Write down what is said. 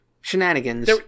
shenanigans